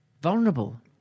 Vulnerable